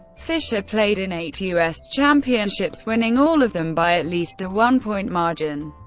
fischer played in eight u s. championships, winning all of them, by at least a one-point margin.